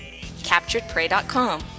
CapturedPrey.com